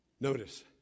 notice